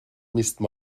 müsste